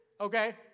Okay